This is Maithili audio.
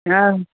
हँ